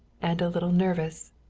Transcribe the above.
and a little nervous.